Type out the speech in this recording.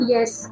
Yes